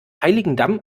heiligendamm